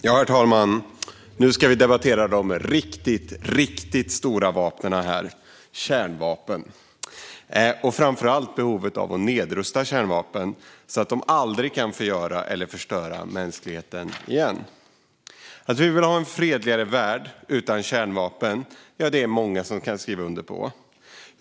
Herr talman! Vi ska nu debattera de riktigt stora vapnen - kärnvapen - och framför allt behovet av att nedrusta kärnvapen, så att de aldrig kan förgöra och förstöra för mänskligheten igen. Att vi vill ha en fredligare värld utan kärnvapen är det många som kan skriva under på.